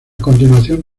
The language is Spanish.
continuación